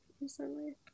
recently